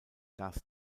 das